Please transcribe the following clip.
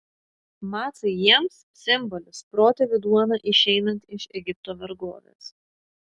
macai jiems simbolis protėvių duona išeinant iš egipto vergovės